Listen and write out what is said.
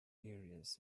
areas